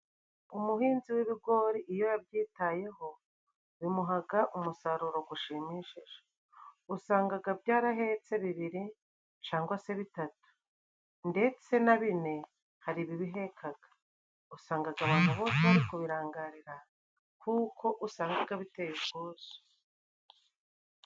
Umuhinzi w'ibigori iyo yabyitayeho bimuhaga umusaruro gushimishije, usangaga byarahetse bibiri cyangwa se bitatu ndetse na bine hari ibibihekaga, usangaga abantu bo bari kubirangarira kuko usangaga bitera ubwuzu.